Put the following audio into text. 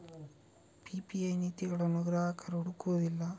PPI ನೀತಿಗಳನ್ನು ಗ್ರಾಹಕರು ಹುಡುಕುವುದಿಲ್ಲ